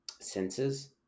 senses